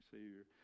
Savior